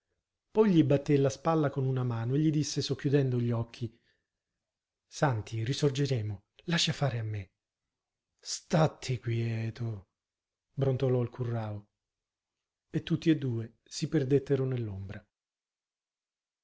poi gli batté la spalla con una mano e gli disse socchiudendo gli occhi santi risorgeremo lascia fare a me statti quieto brontolò il currao e tutti e due si perdettero